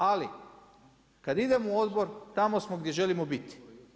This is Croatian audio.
Ali kad idemo u odbor, tamo smo gdje želimo biti.